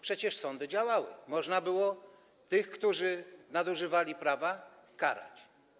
Przecież sądy działały, można było tych, którzy nadużywali prawa, karać.